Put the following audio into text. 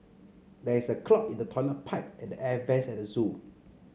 there is a clog in the toilet pipe and the air vents at the zoo